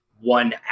one